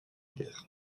guerre